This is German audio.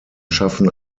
schaffen